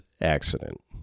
accident